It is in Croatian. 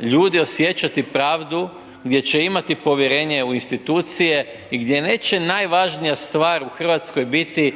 ljudi osjećati pravdu, gdje će imati povjerenje u institucije i gdje neće najvažnija stvar u Hrvatskoj biti